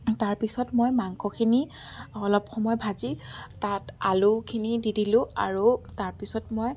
তাৰপিছত মই মাংসখিনি অলপ সময় ভাজি তাত আলুখিনি দি দিলোঁ আৰু তাৰপিছত মই